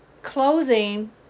Clothing